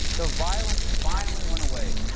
the violence finally went away.